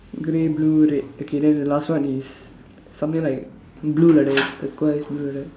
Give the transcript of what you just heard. grey blue red okay then the last one is something like blue like that turquoise blue like that